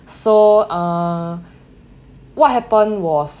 so uh what happened was